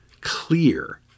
clear